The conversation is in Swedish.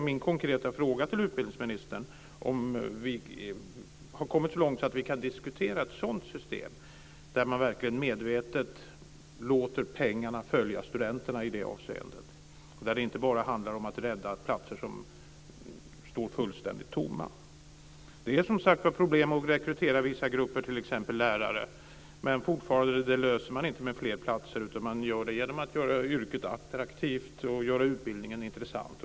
Min konkreta fråga till utbildningsministern är om vi har kommit så långt att vi kan diskutera ett sådant system, där man verkligen medvetet låter pengarna följa studenterna i det avseendet och där det inte bara handlar om att rädda de platser som står fullständigt tomma. Det är som sagt problem att rekrytera vissa grupper, t.ex. lärare. Men fortfarande löser man det inte med fler platser, utan man gör det genom att göra yrket attraktivt och utbildningen intressant.